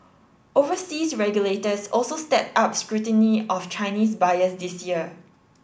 overseas regulators also stepped up scrutiny of Chinese buyers this year